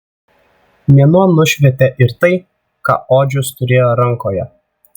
mėnuo nušvietė ir tai ką odžius turėjo rankoje